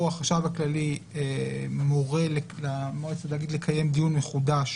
החשב הכללי מורה לתאגיד לקיים דיון מחודש